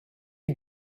you